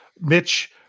Mitch